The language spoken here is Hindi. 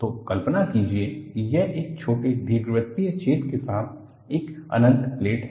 तो कल्पना कीजिए कि यह एक छोटे दीर्घवृत्तीय छेद के साथ एक अनंत प्लेट है